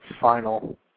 final